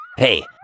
Hey